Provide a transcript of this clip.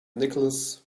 nicholas